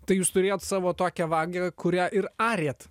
tai jūs turėjot savo tokią vagą kurią ir arėt